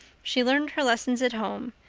she learned her lessons at home,